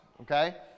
Okay